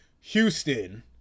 Houston